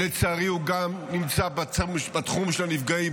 לצערי, הוא גם נמצא בתחום של הנפגעים.